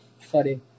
Funny